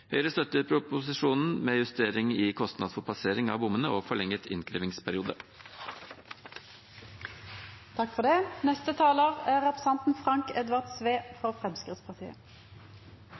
Høyre støtter proposisjonen med justering i kostnad for passering av bommene og forlenget innkrevingsperiode. Av skattar og avgifter skal vi tyngast ned – det er